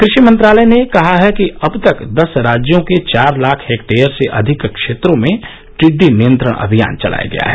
कृषि मंत्रालय ने कहा है कि अब तक दस राज्यों के चार लाख हेक्टेयर से अधिक क्षेत्रों में टिड्डी नियंत्रण अभियान चलाया गया है